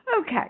Okay